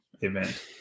event